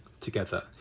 together